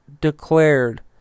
declared